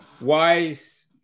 wise